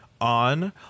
on